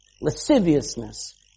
lasciviousness